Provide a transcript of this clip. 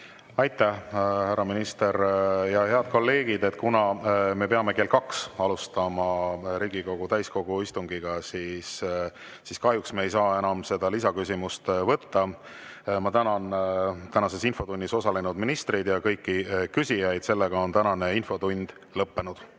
Aitäh, härra minister! Head kolleegid, kuna me peame kell kaks alustama Riigikogu täiskogu istungit, siis kahjuks me ei saa enam lisaküsimust võtta. Ma tänan tänases infotunnis osalenud ministreid ja kõiki küsijaid. Tänane infotund on lõppenud.